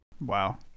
Wow